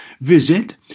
Visit